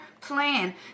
plan